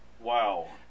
wow